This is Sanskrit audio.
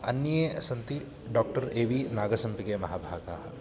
अन्ये सन्ति डाक्टर् ए वि नागसम्पिगेमहाभागाः